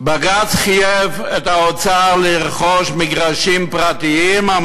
בג"ץ חייב את האוצר לרכוש מגרשים פרטיים על